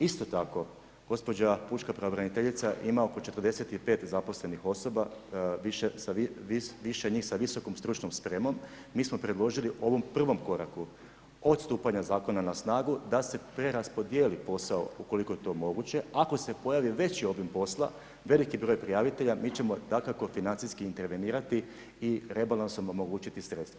Isto tako gospođa pučka pravobraniteljica ima oko 45 zaposlenih osoba sa, više njih sa visokom stručnom spremom, mi smo predložili ovom prvom koraku od stupanja zakona na snagu, da se preraspodijeli posao ukoliko je to moguće, ako je pojavi veći obim posla veliki broj prijavitelja, mi ćemo dakako financijski intervenirati i rebalansom omogućiti sredstva.